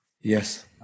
Yes